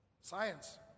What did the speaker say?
Science